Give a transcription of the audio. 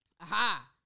Aha